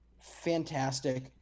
fantastic